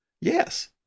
Yes